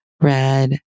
red